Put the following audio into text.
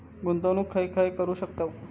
गुंतवणूक खय खय करू शकतव?